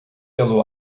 pelo